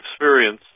experience